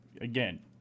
again